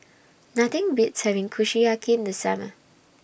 Nothing Beats having Kushiyaki in The Summer